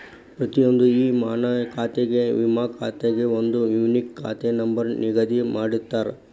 ಪ್ರತಿಯೊಂದ್ ಇ ವಿಮಾ ಖಾತೆಗೆ ಒಂದ್ ಯೂನಿಕ್ ಖಾತೆ ನಂಬರ್ ನಿಗದಿ ಮಾಡಿರ್ತಾರ